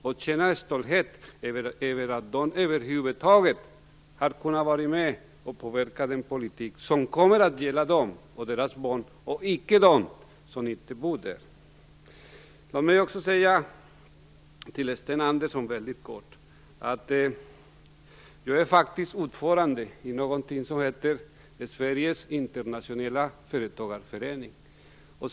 De kan känna stolthet över att de över huvud taget har kunnat vara med om att påverka den politik som kommer att gälla dem och deras barn och icke dem som inte bor där. Jag vill också helt kort säga någonting till Sten Andersson. Jag är faktiskt ordförande i Sveriges internationella företagarförening.